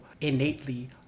innately